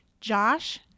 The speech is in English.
Josh